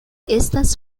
estas